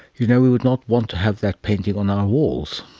you know, we would not want to have that painting on our walls.